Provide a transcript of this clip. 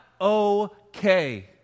okay